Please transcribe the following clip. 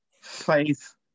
faith